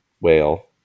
whale